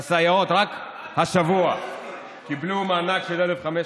והסייעות רק השבוע קיבלו מענק של 1,500